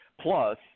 Plus